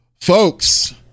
folks